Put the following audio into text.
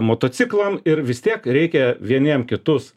motociklam ir vis tiek reikia vieniem kitus